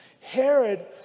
Herod